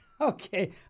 okay